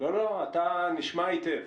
ממנכ"ל המשרד לעניינים אסטרטגיים